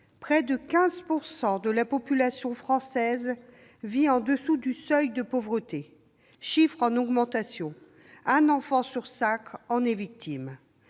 près de 15 % de la population française vit en dessous du seuil de pauvreté et ce chiffre est en augmentation. Un enfant sur cinq est victime